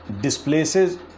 displaces